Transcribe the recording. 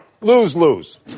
Lose-lose